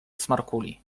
smarkuli